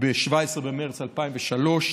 ב-17 במרץ 2003,